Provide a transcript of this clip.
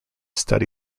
study